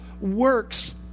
works